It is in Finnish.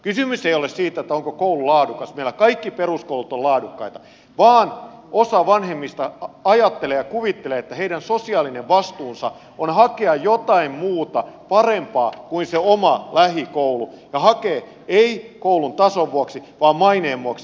kysymys ei ole siitä onko koulu laadukas meillä kaikki peruskoulut ovat laadukkaita vaan osa vanhemmista ajattelee ja kuvittelee että heidän sosiaalinen vastuunsa on hakea jotain muuta parempaa kuin se oma lähikoulu ja hakea ei koulun tason vuoksi vaan maineen vuoksi